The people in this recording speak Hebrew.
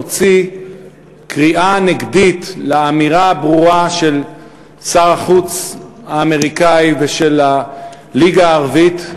נוציא קריאה נגדית לאמירה הברורה של שר החוץ האמריקני ושל הליגה הערבית,